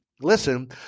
Listen